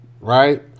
Right